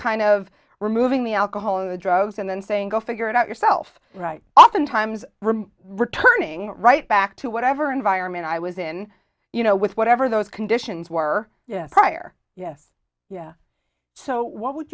kind of removing the alcohol or drugs and then saying go figure it out yourself right oftentimes returning right back to whatever environment i was in you know with whatever those conditions were prior yeah yeah so what would